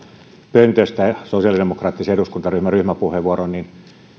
pöntöstä sosiaalidemokraattisen eduskuntaryhmän ryhmäpuheenvuoron